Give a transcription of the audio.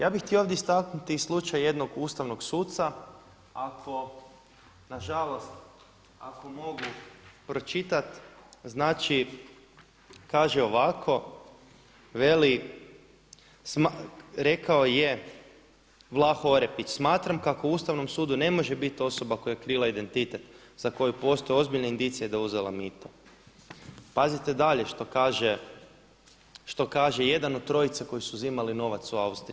Ja bih htio ovdje istaknuti i slučaj jednog ustavnog suca ako na žalost, ako mogu pročitati znači kaže ovako: Veli, rekao je Vlaho Orepić: „Smatram kako u Ustavnom sudu ne može bit osoba koja je krila identitet za koji postoje ozbiljne indicije da je uzela mito.“ Pazite dalje što kaže jedan od trojice koji su uzimali novac u Austriji.